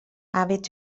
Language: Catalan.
hàbits